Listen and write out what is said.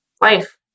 life